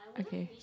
okay